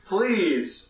Please